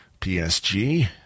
PSG